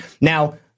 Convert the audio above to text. Now